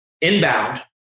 inbound